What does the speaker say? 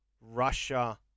Russia